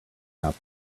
not